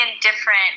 different